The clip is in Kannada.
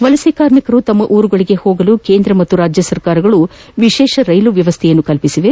ವಲಸೆ ಕಾರ್ಮಿಕರು ತಮ್ಮ ಉರುಗಳಿಗೆ ಹೋಗಲು ಕೇಂದ್ರ ಮತ್ತು ರಾಜ್ಯ ಸರ್ಕಾರಗಳು ವಿಶೇಷ ರೈಲು ವ್ಯವಸ್ಥೆ ಮಾದಿದೆ